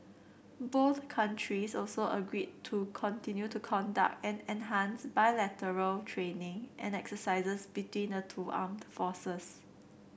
both countries also agreed to continue to conduct and enhance bilateral training and exercises between the two armed forces